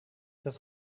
das